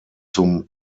zum